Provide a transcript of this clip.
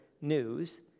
news